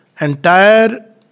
entire